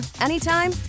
anytime